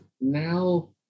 now